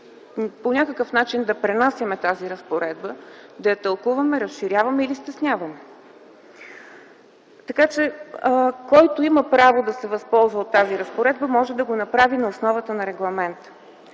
по някакъв начин тази разпоредба, да я тълкуваме, разширяваме или стесняваме. Така че който има право да се възползва от тази разпоредба, може да го направи на основата на регламента.